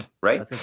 Right